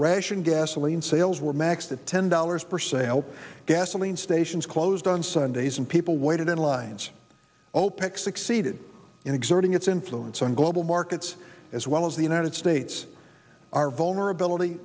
ration gasoline sales were max at ten dollars per sale gasoline stations closed on sundays and people waited in line opec succeeded in exerting its influence on global markets as well as the united states our vulnerability